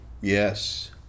Yes